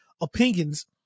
opinions